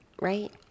right